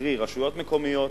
קרי רשויות מקומיות,